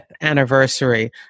anniversary